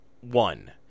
One